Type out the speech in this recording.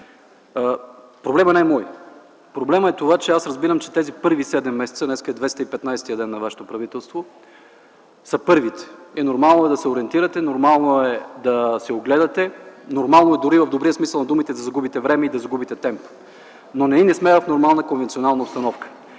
Проблемът не е мой. Проблемът е в това, и аз разбирам, че тези първи седем месеца - днес е 215-тият ден на вашето правителство, са първите. Така че е нормално да се ориентирате, нормално е да се огледате, нормално е, дори в добрия смисъл на думата, да загубите време и да загубите темп. Но ние не сме в нормална конвенционална обстановка.